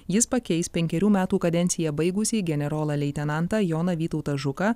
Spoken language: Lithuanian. jis pakeis penkerių metų kadenciją baigusį generolą leitenantą joną vytautą žuką